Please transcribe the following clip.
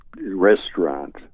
restaurant